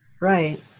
right